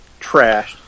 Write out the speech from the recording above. trashed